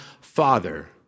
Father